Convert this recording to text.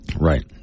right